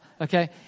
okay